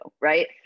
right